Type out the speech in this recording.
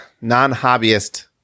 non-hobbyist